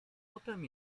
potem